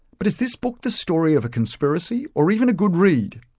but is this book the story of a conspiracy, or even a good read?